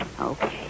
Okay